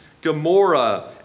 Gomorrah